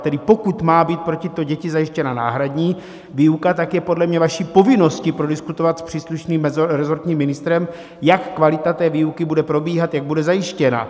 Tedy pokud má být pro tyto děti zajištěna náhradní výuka, tak je podle mě vaší povinností prodiskutovat s příslušným meziresortním ministrem, jak kvalita té výuky bude probíhat, jak bude zajištěna.